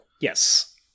Yes